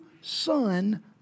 son